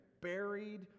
buried